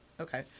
Okay